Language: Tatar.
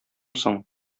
соң